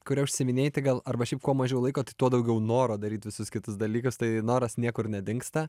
kuria užsiiminėji tai gal arba šiaip kuo mažiau laiko tai tuo daugiau noro daryt visus kitus dalykus tai noras niekur nedingsta